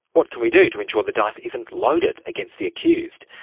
what can we do to ensure the dice isn't loaded against the accused?